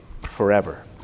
forever